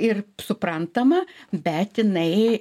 ir suprantama bet jinai